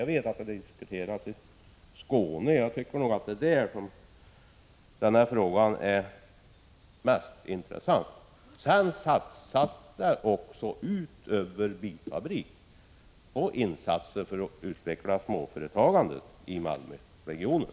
Jag vet att frågan diskuteras i Skåne, och det är nog där som den är mest intressant. Utöver satsningen på bilfabrik satsas också på att utveckla småföretagandet i Malmöregionen.